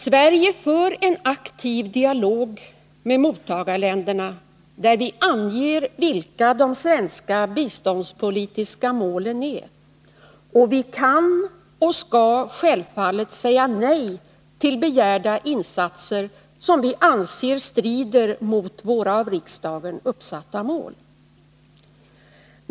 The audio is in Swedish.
Sverige för en aktiv dialog med mottagarländerna i vilken vi anger vilka de svenska biståndspolitiska målen är, och vi kan och skall självfallet säga nej till begärda insatser som vi anser strida mot våra av riksdagen uppsatta mål.